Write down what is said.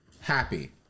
happy